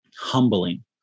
Humbling